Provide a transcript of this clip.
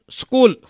school